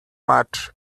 much